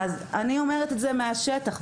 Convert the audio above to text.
אני אומרת את זה מהשטח,